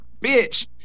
bitch